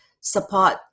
support